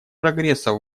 прогресса